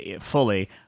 fully